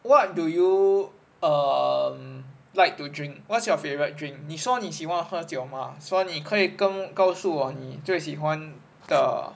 what do you err um like to drink what's your favorite drink 你说你喜欢喝酒 mah 所以你可以跟告诉我你最喜欢的